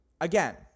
again